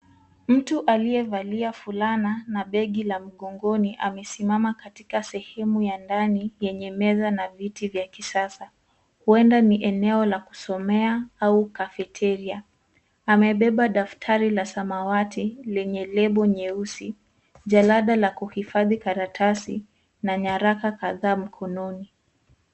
Mtu aliyevalia fulana na begi la mgongoni amesimama katika sehemu ya ndani yenye meza na viti ya kisasa. Huenda ni eneo la kusomea au kafetiria. Amebeba daftari la samawati lenye lebo nyeusi, jalada la kuihifadhi karatasi na nyaraka kadhaa mkononi.